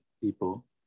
people